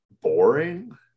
boring